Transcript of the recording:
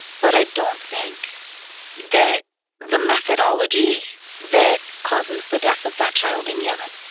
but i don't think that the methodology that causes the death of that child in yemen